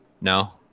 No